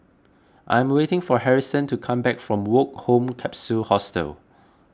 I am waiting for Harrison to come back from Woke Home Capsule Hostel